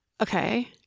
Okay